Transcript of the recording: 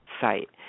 site